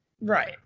Right